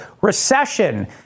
recession